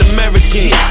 American